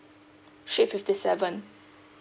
street fifty seven